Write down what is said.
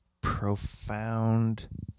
profound